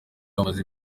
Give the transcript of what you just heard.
amaze